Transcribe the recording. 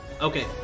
Okay